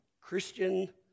Christian